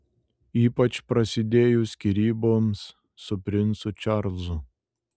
ypač prasidėjus skyryboms su princu čarlzu